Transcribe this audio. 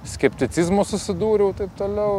skepticizmu susidūriau taip toliau